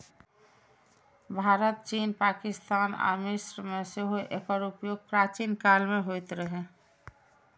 भारत, चीन, पाकिस्तान आ मिस्र मे सेहो एकर उपयोग प्राचीन काल मे होइत रहै